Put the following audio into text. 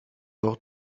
auch